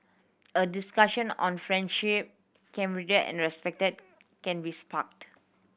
a discussion on friendship camaraderie and respect can be sparked